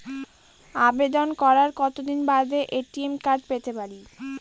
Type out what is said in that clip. আবেদন করার কতদিন বাদে এ.টি.এম কার্ড পেতে পারি?